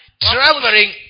Traveling